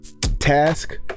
task